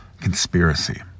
conspiracy